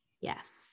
Yes